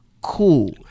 cool